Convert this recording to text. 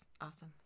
awesome